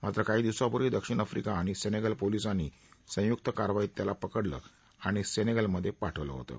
मात्र काही दिवसांपूर्वी दक्षिण आफ्रिका आणि सेनेगल पोलिसांनी संयुक्त कारवाईत त्याला पकडलं आणि सेनेगलमध्ये पाठवलं होतं